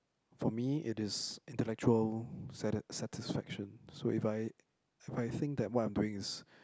for me it is intellectual sati~ satisfaction so if I if I think that what I'm doing is